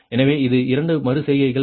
எனவே இது இரண்டு மறு செய்கைகள் மட்டுமே